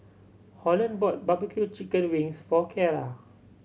Holland bought barbecue chicken wings for Cara